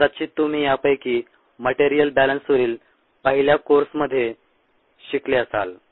कदाचित तुम्ही यापैकी मटेरिअल बॅलन्सवरील पहिल्या कोर्समध्ये शिकले असाल